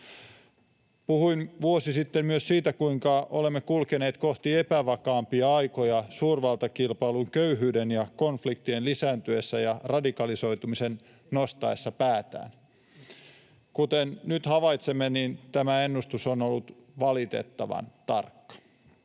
Puhuin vuosi sitten myös siitä, kuinka olemme kulkeneet kohti epävakaampia aikoja suurvaltakilpailun, köyhyyden ja konfliktien lisääntyessä ja radikalisoitumisen nostaessa päätään. Kuten nyt havaitsemme, tämä ennustus on ollut valitettavan tarkka.